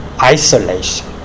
isolation